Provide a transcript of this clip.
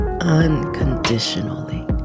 unconditionally